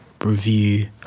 review